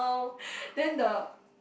then the